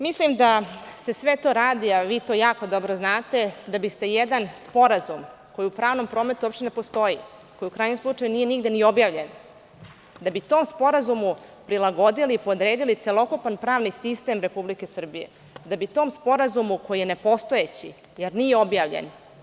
Mislim da se sve to radi, a vi to jako dobro znate da biste jedan sporazum koji u pravnom prometu uopšte ne postoji, koji u krajnjem slučaju nije nigde ni objavljen, da bi tom sporazumu prilagodili i podredili celokupan pravni sistem Republike Srbije, da bi tom sporazumu koji je nepostojeći, jer nije objavljen.